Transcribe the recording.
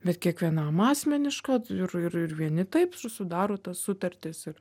bet kiekvienam asmeniška ir ir ir vieni taip susidaro tas sutartis ir